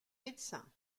médecin